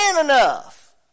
enough